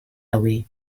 away